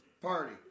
party